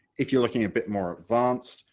if you're looking a bit more advanced,